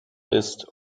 ist